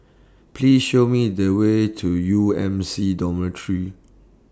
Please Show Me The Way to U M C Dormitory